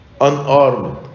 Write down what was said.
unarmed